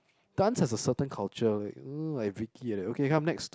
dance has a certain culture you know like Vicky like that okay come next